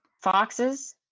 foxes